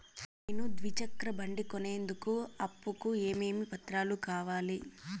నేను ద్విచక్ర బండి కొనేందుకు అప్పు కు ఏమేమి పత్రాలు కావాలి?